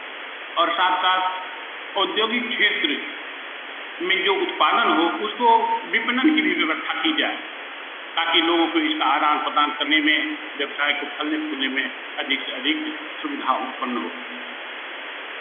और साथ साथ औद्योगिक क्षेत्र में जो उत्पादन हो उसको विपणन की भी व्यवस्था की जाए ताकि लोगों काे इसका आदान प्रदान करने में व्यवसाय को फलने फूलने में अधिक से अधिक सुविधा उत्पन्न हो